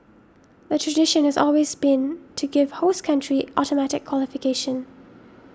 the tradition has always been to give host country automatic qualification